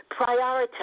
Prioritize